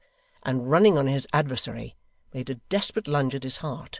and running on his adversary made a desperate lunge at his heart,